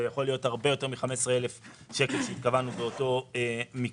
ויכול להיות הרבה יותר מ-15,000 שקל שהתכוונו באותו מקטע.